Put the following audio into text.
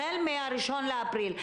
החל מהראשון לאפריל.